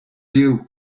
you